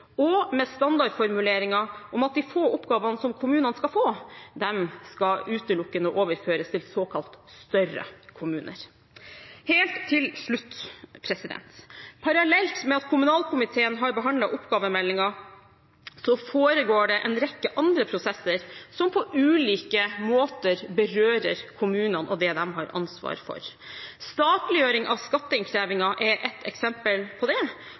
og med standardformuleringer om at de få oppgavene som kommunene skal få, utelukkende skal overføres til såkalt større kommuner. Helt til slutt: Parallelt med at kommunalkomiteen har behandlet oppgavemeldingen, foregår det en rekke andre prosesser som på ulike måter berører kommunene og det de har ansvar for. Statliggjøring av skatteinnkrevingen er et eksempel på det,